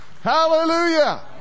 Hallelujah